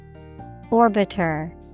Orbiter